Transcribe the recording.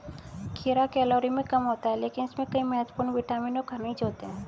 खीरा कैलोरी में कम होता है लेकिन इसमें कई महत्वपूर्ण विटामिन और खनिज होते हैं